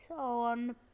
on